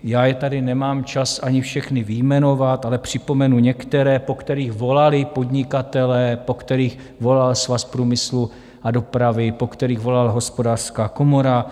Já je tady nemám čas ani všechny vyjmenovat, ale připomenu některé, po kterých volali podnikatelé, po kterých volal Svaz průmyslu a dopravy, po kterých volala Hospodářská komora.